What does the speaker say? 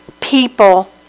people